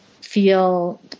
feel